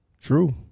True